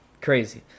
Crazy